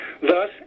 Thus